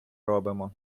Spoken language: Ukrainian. робимо